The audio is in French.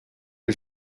que